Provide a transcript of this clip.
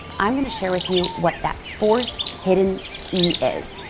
i'm gonna share with you what that fourth hidden e is.